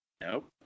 Nope